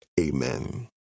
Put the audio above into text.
amen